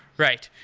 right.